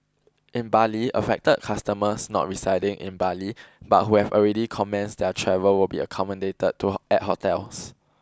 in Bali affected customers not residing in Bali but who have already commenced their travel will be accommodated to at hotels